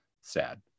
sad